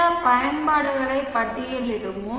சில பயன்பாடுகளை பட்டியலிடுவோம்